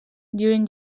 during